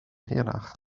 hirach